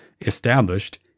established